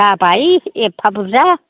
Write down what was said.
जाबाय एफा बुरजा